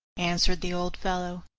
answered the old fellow,